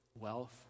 wealth